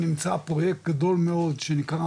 נמצא פרויקט גדול מאוד שנקרא,